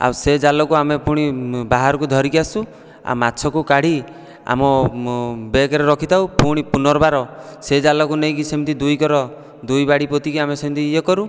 ଆଉ ସେ ଜାଲକୁ ଆମେ ପୁଣି ବାହାରକୁ ଧରିକି ଆସୁ ଆଉ ମାଛକୁ କାଢ଼ି ଆମ ବ୍ୟାଗରେ ରଖିଥାଉ ଫୁଣି ପୁନର୍ବାର ସେ ଜାଲକୁ ନେଇକି ସେମିତି ଦୁଇକର ଦୁଇ ବାଡ଼ି ପୋତିକି ଆମେ ସେମିତି ଇଏ କରୁ